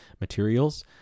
materials